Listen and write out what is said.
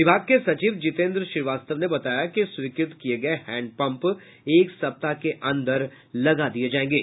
विभाग के सचिव जितेन्द्र श्रीवास्तव ने बताया कि स्वीकृत किये गये हैंडपंप एक सप्ताह के अन्दर लगा दिये जायेंगे